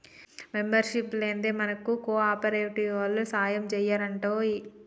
membership లేందే మనకు కోఆపరేటివోల్లు సాయంజెయ్యరటరోయ్